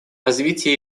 развитие